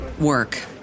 work